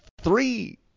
three